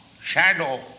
shadow